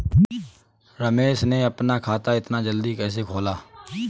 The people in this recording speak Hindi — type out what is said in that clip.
रमेश ने अपना खाता इतना जल्दी कैसे खोला?